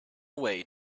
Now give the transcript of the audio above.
away